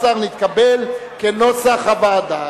נתקבל כנוסח הוועדה.